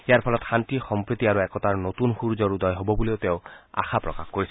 ইয়াৰ ফলত শান্তি সম্প্ৰীতি আৰু একতাৰ নতুন সুৰুযৰ উদয় হ'ব বুলিও তেওঁ আশা প্ৰকাশ কৰিছিল